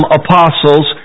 apostles